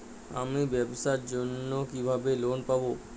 আমি ব্যবসার জন্য কিভাবে লোন পাব?